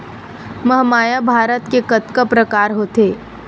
महमाया भात के कतका प्रकार होथे?